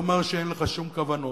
תאמר שאין לך שום כוונות,